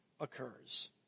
occurs